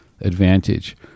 advantage